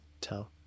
tell